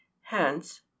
Hence